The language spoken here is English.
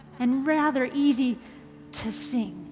and rather easy to sing.